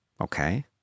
Okay